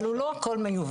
אבל הוא לא הכל מיובא,